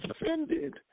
offended